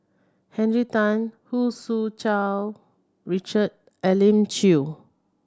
Henry Tan Hu Su Richard Elim Chew